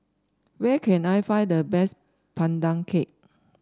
where can I find the best Pandan Cake